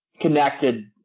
connected